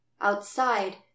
Outside